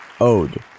ODE